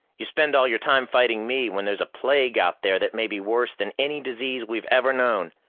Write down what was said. you spend all your time fighting me when there's a plague out there that may be worse than any disease we've ever known.